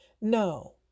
No